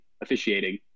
officiating